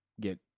get